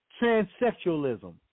Transsexualism